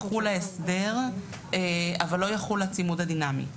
יחול ההסדר אבל לא יחול הצימוד הדינמי.